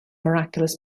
miraculous